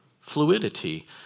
fluidity